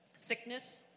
Sickness